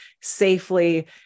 safely